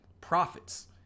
profits